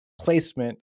placement